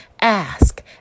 Ask